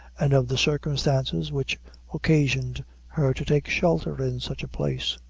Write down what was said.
and of the circumstances which occasioned her to take shelter in such a place.